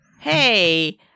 hey